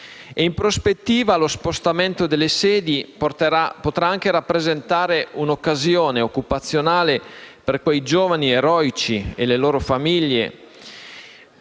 In prospettiva, lo spostamento delle sedi potrà anche rappresentare un'occasione occupazionale per quei giovani eroici e le loro famiglie